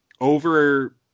over